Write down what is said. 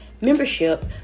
membership